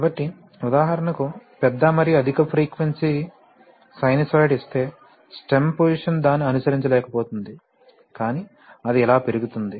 కాబట్టి ఉదాహరణకు పెద్ద మరియు అధిక ఫ్రీక్వెన్సీ సైనసోయిడ్ ఇస్తే స్టెమ్ పోసిషన్ దానిని అనుసరించలేకపోతుంది కానీ అది ఇలా పెరుగుతుంది